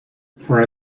for